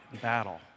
battle